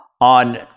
on